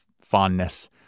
fondness